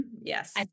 yes